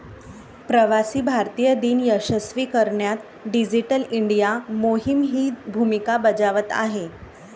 प्रवासी भारतीय दिन यशस्वी करण्यात डिजिटल इंडिया मोहीमही भूमिका बजावत आहे